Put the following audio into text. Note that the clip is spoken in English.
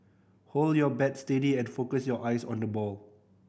hold your bat steady and focus your eyes on the ball